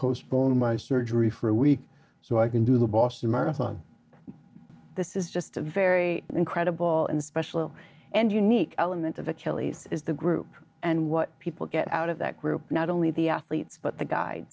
postpone my surgery for a week so i can do the boston marathon this is just a very incredible and special and unique element of achilles is the group and what people get out of that group not only the athletes but the gu